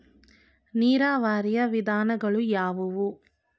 ನೀರಾವರಿಯ ವಿಧಾನಗಳು ಯಾವುವು?